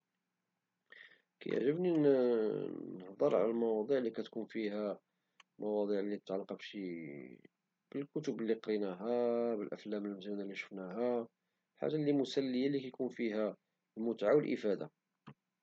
كيعجبني نهدر على المواضيع لي كتكون فيها المواضيع لي كتون فيها الكتب لي قريناها والأفلام المزينة لي شفناها، الحاجة لي مسلية لي كيكون فيها المتعة والإفادة.